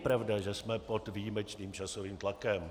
Není pravda, že jsme pod výjimečným časovým tlakem.